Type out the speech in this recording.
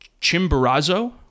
Chimborazo